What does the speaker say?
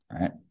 right